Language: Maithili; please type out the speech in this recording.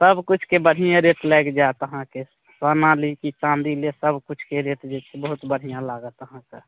सबकिछुके बढ़िएँ रेट लागि जाएत अहाँकेँ सोना ली कि चाँदी ली सबकिछुके रेट जे छै बहुत बढ़िआँ लागत अहाँकेँ